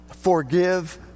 forgive